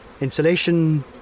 insulation